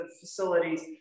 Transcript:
facilities